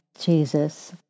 Jesus